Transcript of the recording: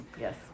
Yes